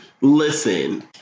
Listen